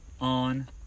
on